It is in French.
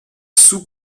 sous